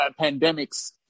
pandemics